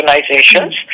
organizations